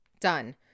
done